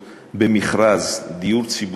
במכרז דיור ציבורי,